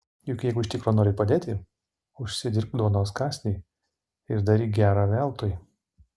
juk jeigu iš tikro nori padėti užsidirbk duonos kąsnį ir daryk gera veltui